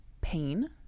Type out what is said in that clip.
pain